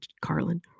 carlin